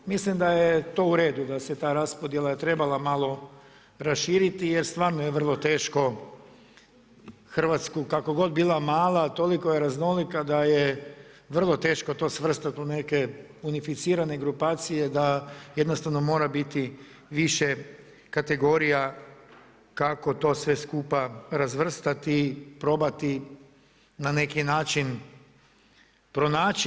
Mislim da je to u redu da se ta raspodjela trebala malo raširiti jer stvarno je vrlo teško Hrvatsku kako god bila mala toliko je raznolika da je vrlo teško to svrstati u neke unificirane grupacije da jednostavno mora biti više kategorija kako to sve skupa razvrstati i probati na neki način pronaći.